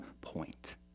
point